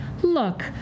look